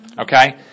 Okay